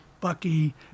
Bucky